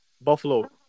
Buffalo